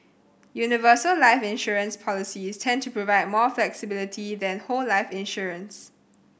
universal life insurance policies tend to provide more flexibility than whole life insurance